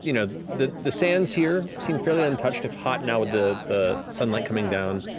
you know the the sands here seem fairly untouched, if hot now, with the the sunlight coming down.